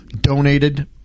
donated